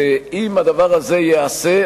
אם הדבר הזה ייעשה,